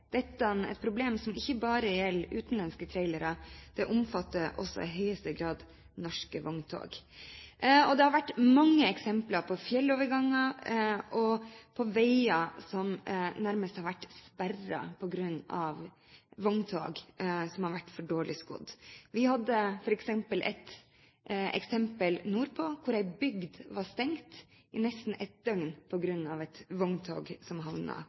dette et problem som ikke bare gjelder utenlandske trailere. Det omfatter også i høyeste grad norske vogntog. Det har vært mange eksempler på fjelloverganger og på veier som nærmest har vært sperret på grunn av vogntog som har vært for dårlig skodd. Vi hadde f.eks. et eksempel nordpå hvor en bygd var stengt i nesten et døgn på grunn av et vogntog som